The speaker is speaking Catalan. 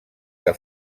que